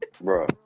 Bro